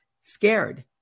scared